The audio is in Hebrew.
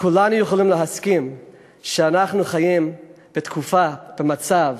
כולנו יכולים להסכים שאנחנו חיים בתקופה, במצב,